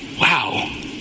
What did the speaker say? Wow